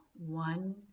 one